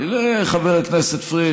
הוא לא אמר את זה.